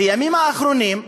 בימים האחרונים,